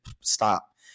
stop